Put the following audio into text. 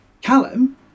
Callum